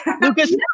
Lucas